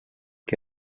que